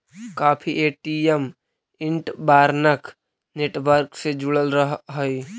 काफी ATM interbank network से जुड़ल रहऽ हई